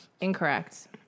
Incorrect